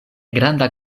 granda